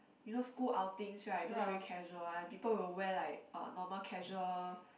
you know school outing right those very casual one people will wear like uh normal casual